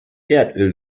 erdöl